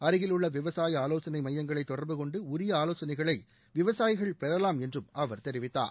அருகில் உள்ள விவசாய ஆலோசனை மையங்களை தொடர்பு கொண்டு உரிய ஆலோசனைகளை விவசாயிகள் பெறலாம் என்றும் அவர் தெரிவித்தார்